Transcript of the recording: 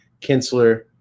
Kinsler